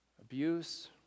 Abuse